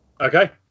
Okay